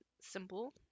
simple